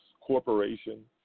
corporation